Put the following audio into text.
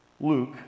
Luke